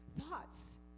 Thoughts